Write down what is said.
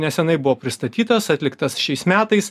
nesenai buvo pristatytas atliktas šiais metais